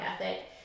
ethic